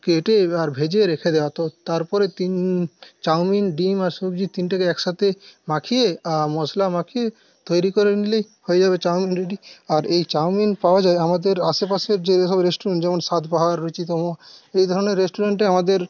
কেটে আর ভেজে রেখে দেওয়া তো তারপরে তিন চাউমিন ডিম আর সবজি তিনটেকে একসাথে মাখিয়ে মশলা মাখিয়ে তৈরি করে নিলেই হয়ে যাবে চাউমিন রেডি আর এই চাউমিন পাওয়া যায় আমাদের আশেপাশে যেসব রেষ্টুরেন্ট যেমন স্বাদবাহার রুচিতম এধরনের রেষ্টুরেন্টে আমাদের